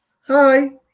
Hi